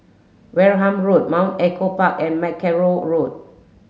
Wareham Road Mount Echo Park and Mackerrow Road